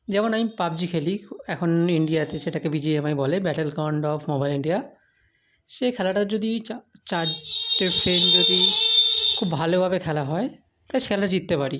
যেমন আমি পাবজি খেলি খুব এখন ইন্ডিয়াতে সেটাকে বিজিএমআই বলে battle command of mobile India সেই খেলাটার যদি চার চারটে ফ্রেন্ড যদি খুব ভালোভাবে খেলা হয় তো খেলা জিততে পারি